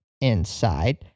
inside